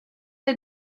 der